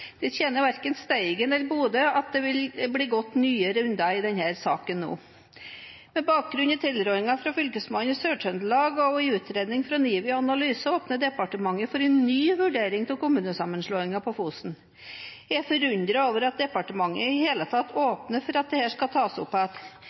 Det tjener verken Steigen eller Bodø at det blir gått nye runder i denne saken nå. Med bakgrunn i tilrådingen fra Fylkesmannen i Sør-Trøndelag og en utredning fra NIVI Analyse åpner departementet for en ny vurdering av kommunesammenslåinger på Fosen. Jeg er forundret over at departementet i det hele tatt